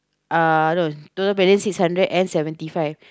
uh no total balance six hundred and seventy five